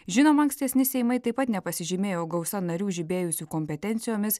žinoma ankstesni seimai taip pat nepasižymėjo gausa narių žibėjusių kompetencijomis